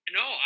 no